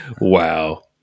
Wow